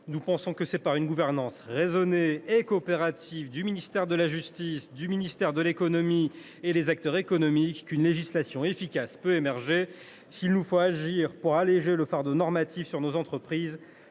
Nous pensons que c’est par une gouvernance raisonnée et coopérative du ministère de la justice, du ministère de l’économie et des acteurs économiques qu’une législation efficace peut émerger. S’il nous faut agir pour alléger le fardeau normatif qui pèse sur nos entreprises,